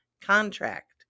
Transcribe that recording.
contract